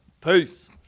Peace